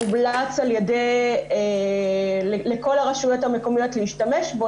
הומלץ לכל הרשויות המקומיות להשתמש בו.